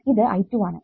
ഇത് I 2 ആണ്